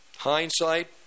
hindsight